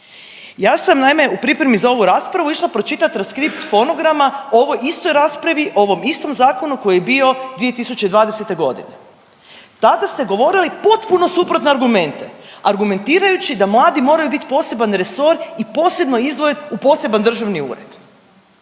Ja sam naime u pripremi za ovu raspravu išla pročitat transkript fonograma o ovoj istoj raspravi, o ovom istom zakonu koji je bio 2020. godine. Tada ste govorili potpuno suprotne argumente, argumentirajući da mladi moraju poseban resor i posebno izdvojen u poseban državni ured.